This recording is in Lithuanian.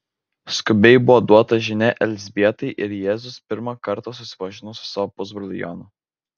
skubiai buvo duota žinia elzbietai ir jėzus pirmą kartą susipažino su savo pusbroliu jonu